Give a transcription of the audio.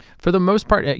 for the most part, yeah